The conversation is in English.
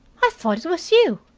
i thought it was you,